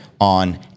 on